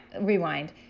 rewind